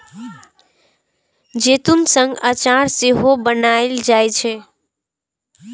जैतून सं अचार सेहो बनाएल जाइ छै